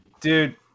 Dude